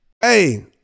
Hey